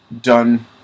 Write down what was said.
done